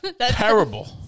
terrible